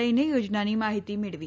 લઈને યોજનાની માહિતી મેળવી